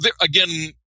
again